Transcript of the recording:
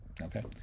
Okay